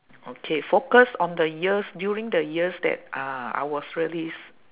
okay focus on the years during the years that uh I was really s~